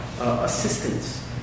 assistance